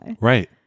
Right